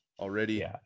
already